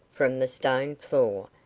from the stone floor,